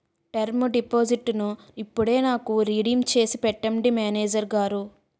term డిపాజిట్టును ఇప్పుడే నాకు రిడీమ్ చేసి పెట్టండి మేనేజరు గారు